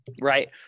Right